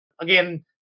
again